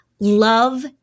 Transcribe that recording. love